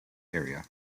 area